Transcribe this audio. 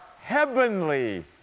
heavenly